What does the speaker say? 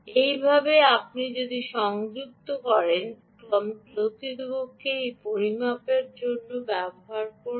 এইভাবে আপনি সংযুক্ত করবেন এবং আপনি প্রকৃতপক্ষে এটি পরিমাপের জন্য ব্যবহার করবেন